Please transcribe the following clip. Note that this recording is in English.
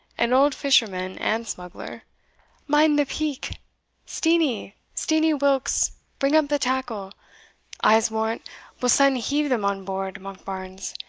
an old fisherman and smuggler mind the peak steenie, steenie wilks, bring up the tackle i'se warrant we'll sune heave them on board, monkbarns,